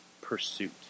pursuit